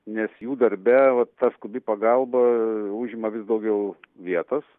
nes jų darbe va ta skubi pagalba užima vis daugiau vietos